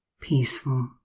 peaceful